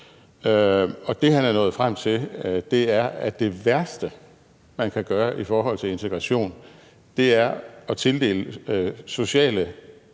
Det, han er nået frem til, er, at det værste, man kan gøre i forhold til integration, er at tildele sociale